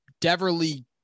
Deverly